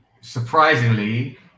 Surprisingly